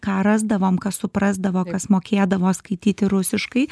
ką rasdavom kas suprasdavo mokėdavo skaityti rusiškai